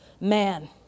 man